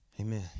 amen